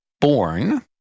born